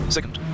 Second